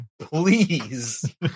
please